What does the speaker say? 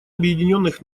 объединенных